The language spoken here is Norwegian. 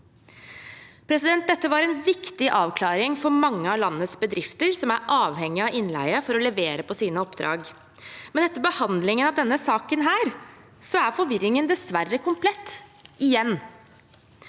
EØS-avtalen. Dette var en viktig avklaring for mange av landets bedrifter som er avhengig av innleie for å levere på sine oppdrag. Men etter behandlingen av denne saken er forvirringen dessverre komplett igjen.